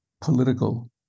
political